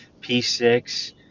p6